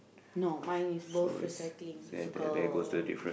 no mine is both recycling circle